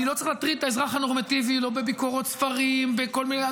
אני לא צריך להטריד את האזרח הנורמטיבי בביקורות ספרים וכל מיני.